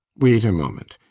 wait a moment.